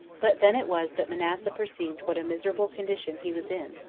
but then it was that manasseh perceived what a miserable condition he was in,